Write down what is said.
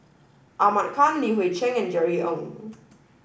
Ahmad Khan Li Hui Cheng and Jerry Ng